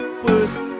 first